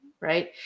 right